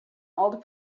old